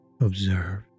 Observe